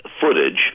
footage